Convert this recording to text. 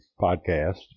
podcast